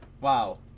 wow